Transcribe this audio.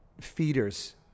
feeders